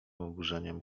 oburzeniem